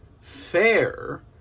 fair